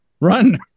Run